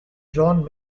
john